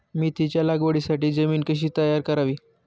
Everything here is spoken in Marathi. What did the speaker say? मेथीच्या लागवडीसाठी जमीन कशी तयार करावी?